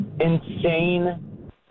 insane